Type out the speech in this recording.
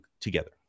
together